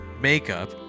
makeup